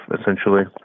essentially